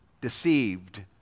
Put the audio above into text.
deceived